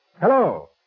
Hello